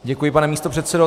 Děkuji, pane místopředsedo.